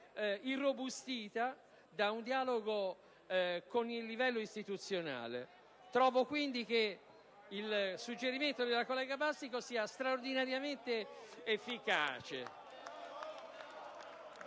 irrobustita dal dialogo con il livello istituzionale. Trovo quindi che il suggerimento della collega Bastico sia straordinariamente efficace.